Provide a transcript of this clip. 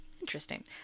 interesting